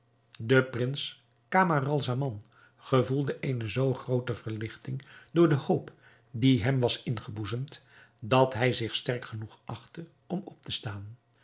de prins camaralzaman gevoelde eene zoo groote verligting door de hoop die hem was ingeboezemd dat hij zich sterk genoeg achtte om op te staan